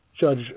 Judge